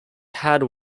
had